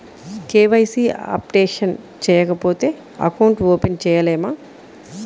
KYC updation చేయకపోతే account open చేయలేమా?